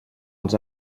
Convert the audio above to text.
els